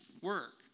work